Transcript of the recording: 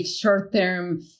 short-term